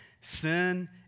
sin